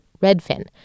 Redfin